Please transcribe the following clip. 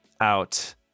out